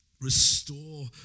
restore